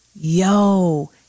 Yo